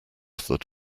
that